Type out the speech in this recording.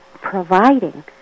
providing